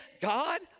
God